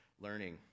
learning